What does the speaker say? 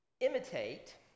imitate